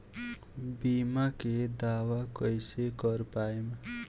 बीमा के दावा कईसे कर पाएम?